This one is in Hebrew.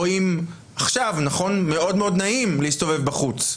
או אם עכשיו מאוד מאוד נעים להסתובב בחוץ,